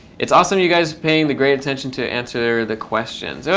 it's awesome, you guys, paying the great attention to answer the questions. oh,